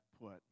put